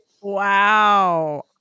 wow